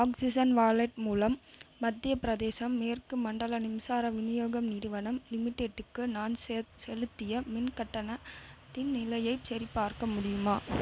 oxygen wallet மூலம் மத்திய பிரதேசம் மேற்கு மண்டல மின்சார விநியோக நிறுவனம் லிமிடெட்டுக்கு நான் செ செலுத்திய மின் கட்டணத்தின் நிலையைச் சரிபார்க்க முடியுமா